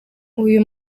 uyu